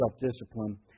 self-discipline